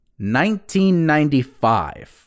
1995